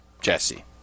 Jesse